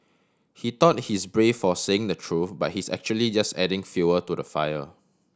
he thought he's brave for saying the truth but he's actually just adding fuel to the fire